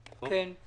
והגיעה לשלב